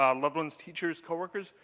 um loved ones, teachers, coworkers.